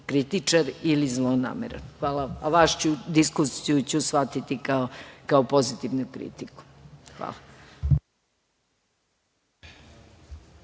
kritičar ili zlonameran. Hvala, a vašu diskusiju ću shvatiti kao pozitivnu kritiku.